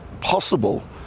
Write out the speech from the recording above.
possible